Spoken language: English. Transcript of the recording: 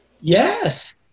Yes